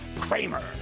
Kramer